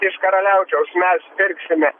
iš karaliaučiaus mes pirksime